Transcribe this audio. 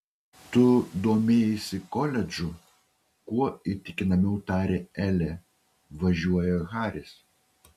tu domėjaisi koledžu kuo įtikinamiau tarė elė važiuoja haris